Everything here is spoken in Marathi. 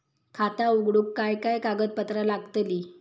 खाता उघडूक काय काय कागदपत्रा लागतली?